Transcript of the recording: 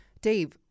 Dave